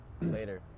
later